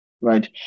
right